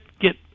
get